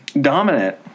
dominant